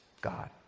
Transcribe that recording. God